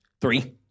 Three